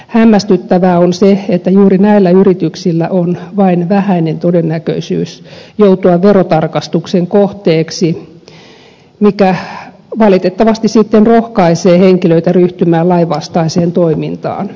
hämmästyttävää on se että juuri näillä yrityksillä on vain vähäinen todennäköisyys joutua verotarkastuksen kohteeksi mikä valitettavasti sitten rohkaisee henkilöitä ryhtymään lainvastaiseen toimintaan